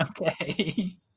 Okay